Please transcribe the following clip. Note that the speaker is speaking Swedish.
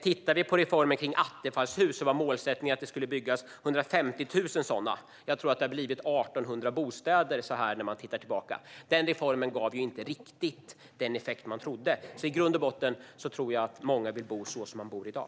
Tittar vi på reformen med Attefallshus var målsättningen att det skulle byggas 150 000 sådana. Jag tror att det har blivit 1 800 bostäder när man tittar tillbaka. Den reformen gav inte riktigt den effekt man trodde. Jag tror att många vill bo som de bor i dag.